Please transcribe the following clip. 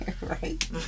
Right